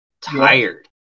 tired